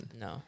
No